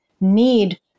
need